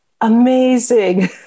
amazing